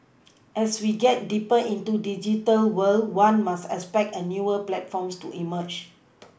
as we get deeper into digital world one must expect a newer platforms to emerge